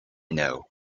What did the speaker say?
know